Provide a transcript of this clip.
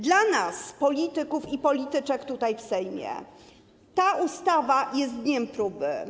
Dla nas, polityków i polityczek, tutaj, w Sejmie, ta ustawa jest dniem próby.